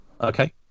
Okay